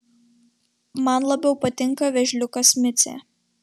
man labiau patinka vėžliukas micė